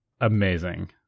Amazing